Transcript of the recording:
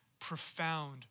profound